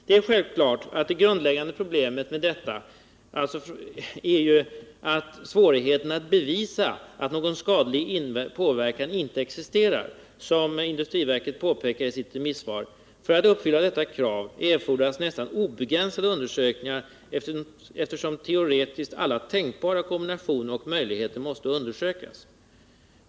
Det är självklart att det grundläggande problemet här är svårigheten att bevisa att någon skadlig inverkan inte uppstår. Och industriverket påpekar i sitt remissvar: ”För att uppfylla detta krav erfordras nästan obegränsade undersökningar eftersom teoretiskt alla tänkbara kombinationer och möjligheter måste undersökas.